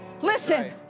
Listen